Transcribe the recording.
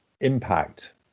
impact